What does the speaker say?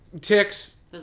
ticks